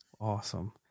Awesome